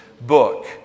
book